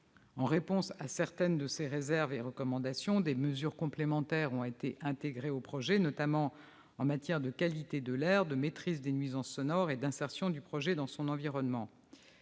En réponse à certaines de ses réserves et recommandations, des mesures complémentaires ont été intégrées au projet, en particulier en matière de qualité de l'air, de maîtrise des nuisances sonores et d'insertion dans l'environnement.